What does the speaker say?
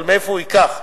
אבל מאיפה הוא ייקח?